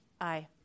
Aye